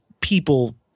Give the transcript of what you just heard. people